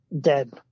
Dead